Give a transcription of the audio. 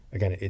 Again